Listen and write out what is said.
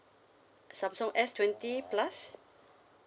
samsung S twenty plus